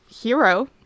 hero